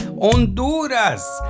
Honduras